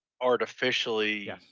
artificially